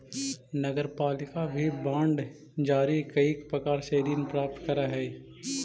नगरपालिका भी बांड जारी कईक प्रकार से ऋण प्राप्त करऽ हई